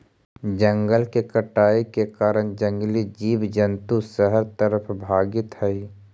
जंगल के कटाई के कारण जंगली जीव जंतु शहर तरफ भागित हइ